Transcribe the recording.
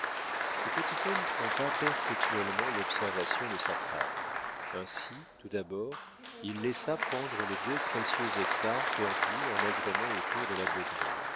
le petit homme trompa perpétuellement l'observation de sa femme ainsi tout d'abord il laissa prendre les deux précieux hectares perdus en agrément autour de la